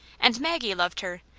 and maggie loved her,